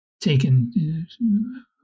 taken